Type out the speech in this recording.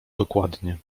dokładnie